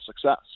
success